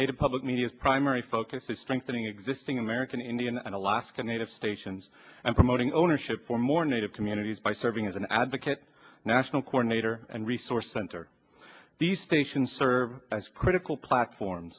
need a public media's primary focus is strengthening existing american indian and alaska native stations and promoting ownership for more native communities by serving as an advocate national coordinator and resource center the station serves as critical platform